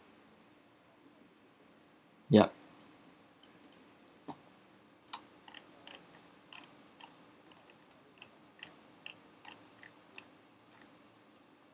yup